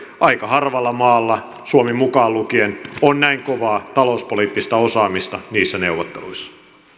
aika harvalla maalla suomi mukaan lukien on näin kovaa talouspoliittista osaamista niissä neuvotteluissa